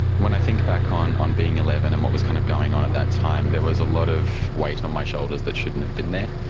when i think back on on being eleven and what was kind of going on at that time, there was a lot of weight on my shoulders that shouldn't have been there.